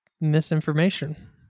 misinformation